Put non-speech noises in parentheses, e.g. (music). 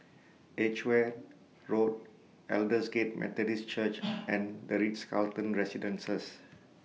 Edgeware Road Aldersgate Methodist Church (noise) and The Ritz Carlton Residences